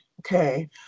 okay